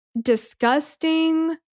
Disgusting